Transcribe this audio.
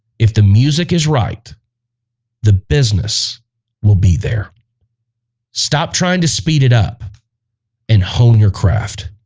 if the music is right the business will be there stop trying to speed it up and hone your craft